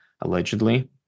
Allegedly